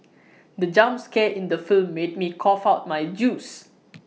the jump scare in the film made me cough out my juice